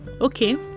Okay